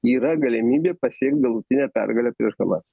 yra galimybė pasiekt galutinę pergalę prieš hamas